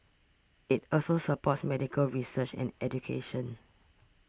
it also supports medical research and education